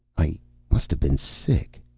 i must have been sick.